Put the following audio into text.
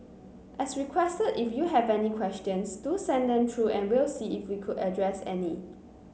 as requested if you have any questions do send them through and we'll see if they could address any